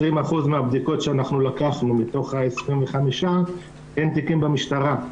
ל-20% מהבדיקות שאנחנו לקחנו מתוך ה-25 אין תיקים במשטרה.